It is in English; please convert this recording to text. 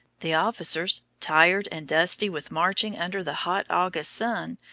the officers, tired and dusty with marching under the hot august sun,